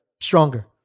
stronger